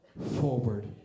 forward